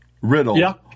Riddle